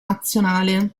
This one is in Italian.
nazionale